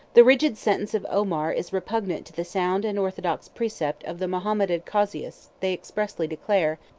the rigid sentence of omar is repugnant to the sound and orthodox precept of the mahometan casuists they expressly declare,